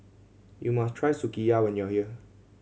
you must try Sukiyaki when you are here